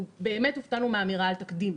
באמת הופתענו מהאמירה על תקדים.